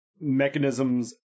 mechanisms